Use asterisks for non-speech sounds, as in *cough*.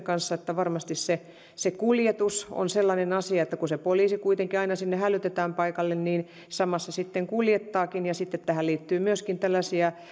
*unintelligible* kanssa että varmasti se se kuljetus on sellainen asia että kun se poliisi kuitenkin aina sinne hälytetään paikalle niin samassa sitten kuljettaakin sitten tähän liittyy myöskin tällaisia *unintelligible*